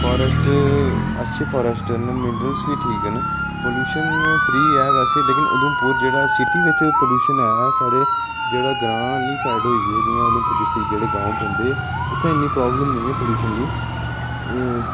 forest अच्छे forest न mineral बी ठीक न प्लूशन फ्री ऐ वैसे लेकिन उधमपुर जेह्ड़ा सिटी बिच प्लूशन ऐ साढ़े जेह्ड़ा ग्रांऽ आह्ले साईड होई गे जियां उधमपुर डिस्ट्रिक जेह्ड़े ग्रांऽ पौंदे उत्थै इन्नी प्राब्लम निं ऐ प्लूशन दी